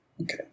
Okay